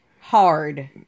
hard